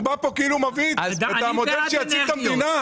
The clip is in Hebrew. הוא בא לכאן וכאילו מביא את המודל שיציל את המדינה.